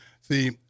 see